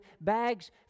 bags